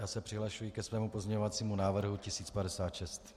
Já se přihlašuji ke svému pozměňovacímu návrhu 1056.